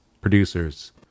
producers